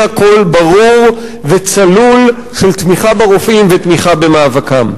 קול ברור וצלול של תמיכה ברופאים ובמאבקם.